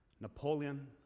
Napoleon